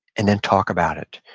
and then talk about it.